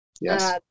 Yes